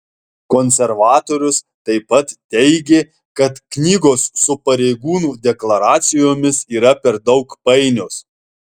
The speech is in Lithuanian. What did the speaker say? konservatorius taip pat teigė kad knygos su pareigūnų deklaracijomis yra per daug painios